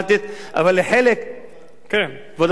כבוד היושב-ראש,